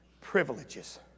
privileges